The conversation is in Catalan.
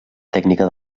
tècnica